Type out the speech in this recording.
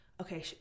okay